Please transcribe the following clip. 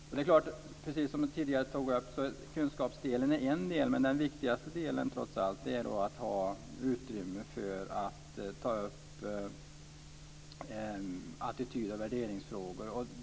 Som vi tidigare har konstaterat är kunskapsdelen en del i arbetet, men den viktigaste delen är att ha utrymme för att ta upp attityd och värderingsfrågor.